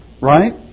Right